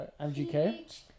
mgk